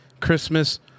Christmas